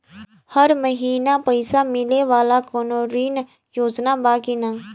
हर महीना पइसा मिले वाला कवनो ऋण योजना बा की?